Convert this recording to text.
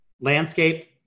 landscape